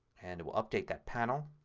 and it will update that panel.